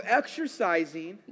exercising